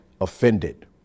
offended